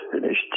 finished